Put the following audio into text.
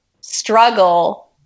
struggle